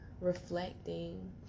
reflecting